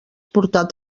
portat